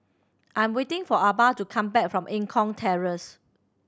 I'm waiting for Arba to come back from Eng Kong Terrace